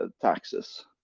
taxes